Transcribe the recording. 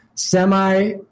semi